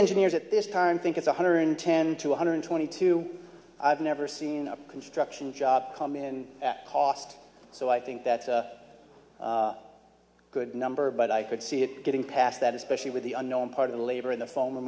engineers at this time think it's one hundred ten to one hundred twenty two i've never seen a construction job come in at cost so i think that's a good number but i could see it getting past that especially with the unknown part of the labor in the form